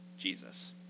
Jesus